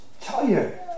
Tired